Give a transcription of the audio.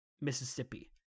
Mississippi